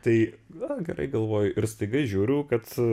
tai na gerai galvoju ir staiga žiūriu kad